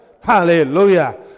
Hallelujah